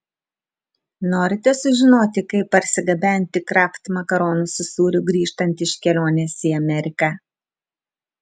norite sužinoti kaip parsigabenti kraft makaronų su sūriu grįžtant iš kelionės į ameriką